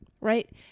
right